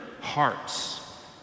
hearts